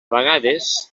vegades